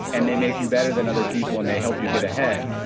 and they make you better than other people, and they help you get ahead,